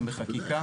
החוק,